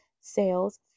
sales